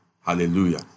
hallelujah